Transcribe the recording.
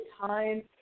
time